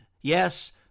Yes